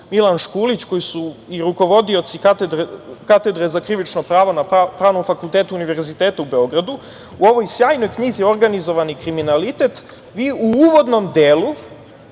Milan Škulić, a koji su i rukovodioci katedre za krivično pravo na Pravnom fakultetu Univerziteta u Beogradu, u ovoj sjajnoj knjizi „Organizovani kriminalitet“, u uvodnom delu,